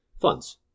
funds